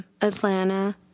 Atlanta